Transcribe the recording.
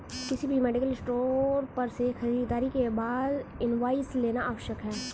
किसी भी medical store पर से खरीदारी के बाद इनवॉइस लेना आवश्यक है